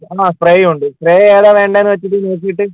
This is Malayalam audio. അ സ്പ്രേയുണ്ട് സ്പ്രേ ഏതാ വേണ്ടേന്ന് വെച്ചിട്ട് നോക്കിയിട്ട്